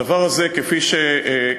הדבר הזה, כפי שקרה,